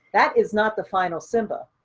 that is not the final simba.